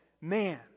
man